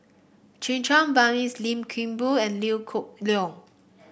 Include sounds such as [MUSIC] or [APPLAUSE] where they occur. Checha [UNINTELLIGIBLE] Lim Kim Boon and Liew cook Leong